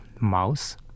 mouse